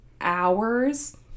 hours